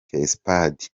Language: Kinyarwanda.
fesipadi